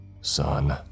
Son